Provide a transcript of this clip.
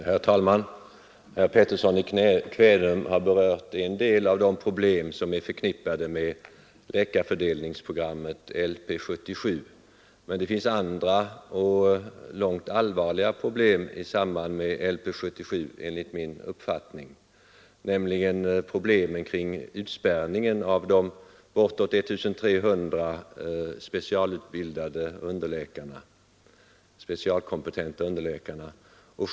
Herr talman! Herr Pettersson i Kvänum har berört en del av de problem som är förknippade med läkarfördelningsprogrammet LP 77. Men det finns enligt min uppfattning andra och långt allvarligare problem i samband med LP 77, nämligen dem kring utspärrningen av de bortåt 1 300 specialistkompetenta underläkarna.